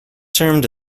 termed